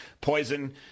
poison